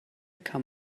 kann